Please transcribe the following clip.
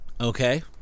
Okay